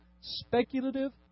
speculative